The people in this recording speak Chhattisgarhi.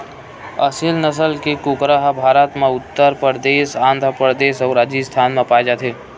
असेल नसल के कुकरा ह भारत म उत्तर परदेस, आंध्र परदेस अउ राजिस्थान म पाए जाथे